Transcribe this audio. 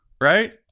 right